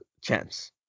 chance